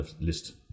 list